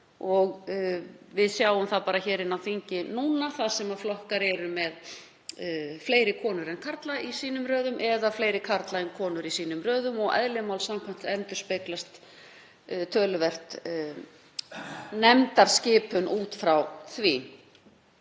Við sjáum það bara hér á þingi núna þar sem flokkar eru með fleiri konur en karla í sínum röðum eða fleiri karla en konur, og eðli máls samkvæmt endurspeglast nefndarskipan út frá því.